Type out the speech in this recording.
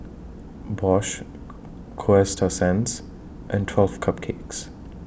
Bosch Coasta Sands and twelve Cupcakes